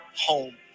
home